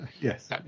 Yes